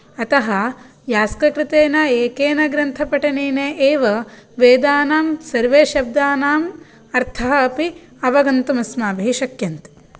अतः यास्ककृतेन एकेन ग्रन्थपठनेन एव वेदानां सर्वे शब्दानां अर्थाः अपि अवगन्तुं अस्माभिः शक्यन्ते